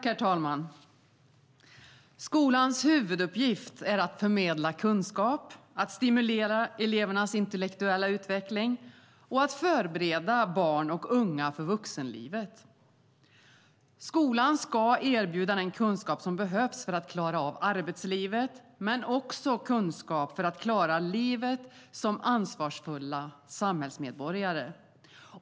Herr talman! Skolans huvuduppgift är att förmedla kunskap, att stimulera elevernas intellektuella utveckling och att förbereda barn och unga för vuxenlivet. Skolan ska erbjuda den kunskap som behövs för att klara av arbetslivet men också kunskap för att klara livet som ansvarsfull samhällsmedborgare.